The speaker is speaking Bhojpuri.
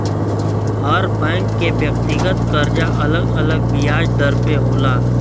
हर बैंक के व्यक्तिगत करजा अलग अलग बियाज दर पे होला